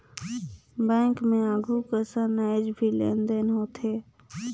bank मे आघु कसन आयज भी लेन देन होथे